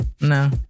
No